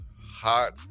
hot